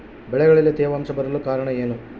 ಬೆಳೆಗಳಲ್ಲಿ ತೇವಾಂಶ ಬರಲು ಕಾರಣ ಏನು?